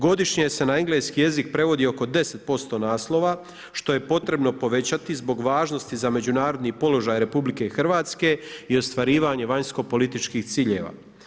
Godišnje se na Engleski jezik prevodi oko 10% naslova što je potrebno povećati zbog važnosti za međunarodni položaj RH i ostvarivanje vanjsko-političkih ciljeva.